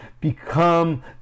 Become